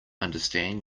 understand